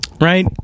Right